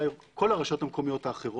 כל הסעיף הזה כותרתו עידוד תחרות.